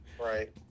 right